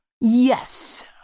Yes